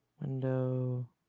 Window